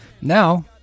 Now